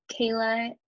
Kayla